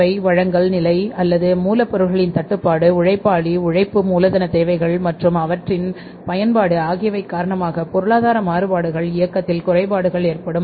தேவை வழங்கல் நிலை அல்லது மூலப்பொருளின் தட்டுப்பாடு உழைப்பாளிஉழைப்பு மூலதனத் தேவைகள் மற்றும் அவற்றின் பயன்பாடு ஆகியவை காரணமாக பொருளாதார மாறுபாடுகளின் இயக்கத்தில் குறைபாடுகள் ஏற்படும்